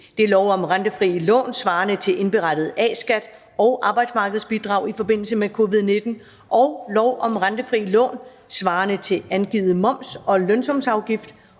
lov om rentefrie lån svarende til indberettet A-skat og arbejdsmarkedsbidrag i forbindelse med covid-19 og lov om rentefrie lån svarende til angivet moms og lønsumsafgift